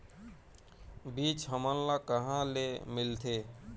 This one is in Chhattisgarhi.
बीज हमन ला कहां ले मिलथे?